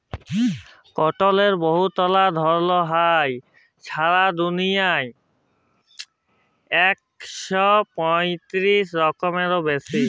কটলের বহুতলা ধরল হ্যয়, ছারা দুলিয়া জুইড়ে ইক শ পঁয়তিরিশ রকমেরও বেশি